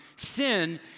Sin